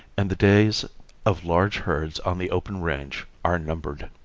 and the days of large herds on the open range are numbered.